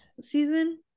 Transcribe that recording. season